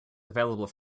available